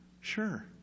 Sure